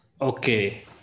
okay